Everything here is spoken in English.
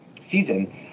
season